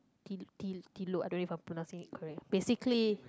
I don't know if I am pronouncing it correct basically